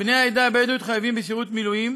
בני העדה הבדואית חייבים בשירות מילואים